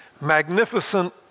magnificent